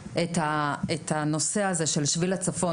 אפשר להוסיף את הנושא הזה של שביל הצפון